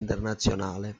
internazionale